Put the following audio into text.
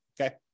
okay